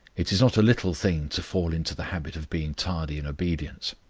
it is not a little thing to fall into the habit of being tardy in obedience,